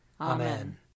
Amen